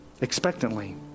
expectantly